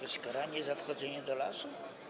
Jest karanie za wchodzenie do lasu?